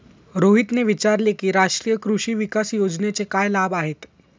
रोहितने विचारले की राष्ट्रीय कृषी विकास योजनेचे काय लाभ आहेत?